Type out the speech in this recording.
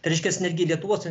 tai reiškias netgi lietuvos